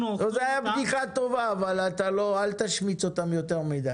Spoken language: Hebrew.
זו הייתה בדיחה טובה אבל אל תשמיץ אותם יותר מדי.